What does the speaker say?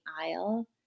aisle